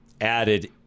added